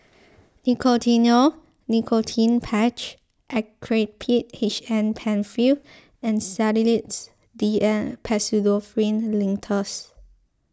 Nicotinell Nicotine Patch Actrapid H M Penfill and Sedilix D N Pseudoephrine Linctus